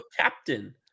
captain